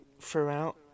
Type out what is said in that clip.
throughout